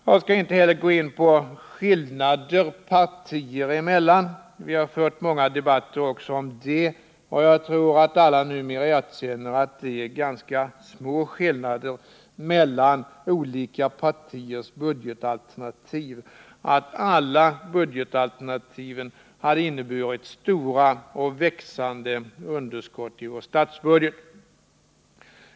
Jag skall inte heller gå in på skillnader partier emellan. Vi har fört många debatter också om det, och jag tror att alla numera erkänner att det är ganska små skillnader mellan olika partiers budgetalternativ och att alla alternativ hade inneburit stora och växande underskott i vår statsbudget.